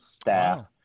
staff